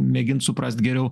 mėgint suprast geriau